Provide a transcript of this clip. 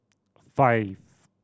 five